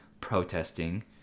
protesting